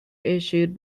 issued